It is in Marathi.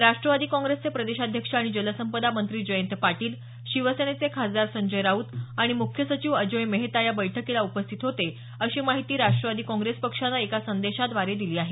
राष्ट्रवादी काँग्रेसचे प्रदेशाध्यक्ष आणि जलसंपदा मंत्री जयंत पाटील शिवसेनेचे खासदार संजय राऊत आणि मुख्य सचिव अजोय मेहता या बैठकीला उपस्थित होते अशी माहिती राष्ट्रवादी काँग्रेस पक्षानं एका संदेशाद्वारे दिली आहे